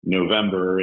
November